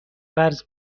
قرض